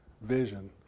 vision